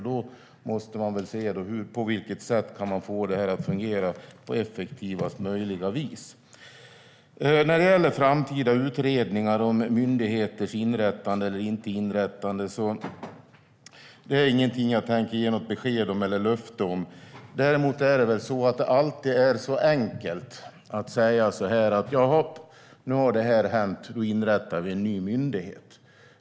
Då måste man se: Hur kan man få det här att fungera på effektivast möjliga vis? När det gäller framtida utredningar om myndigheters inrättande eller inte inrättande tänker jag inte ge något besked eller löfte. Däremot är det alltid enkelt att säga så här: Jaha, nu har det här hänt - då inrättar vi en ny myndighet.